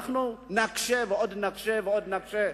אנחנו נקשה ונקשה ועוד נקשה.